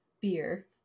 beer